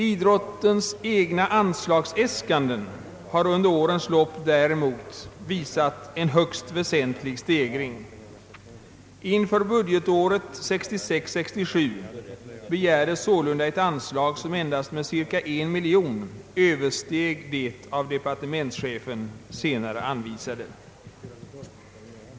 Idrottens egna anslagsäskanden har däremot under årens lopp visat en högst väsentlig stegring. Inför budgetåret 1966/67 begärdes ett anslag som endast med cirka 1 miljon kronor översteg det av departementschefen senare anvisade.